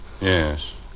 Yes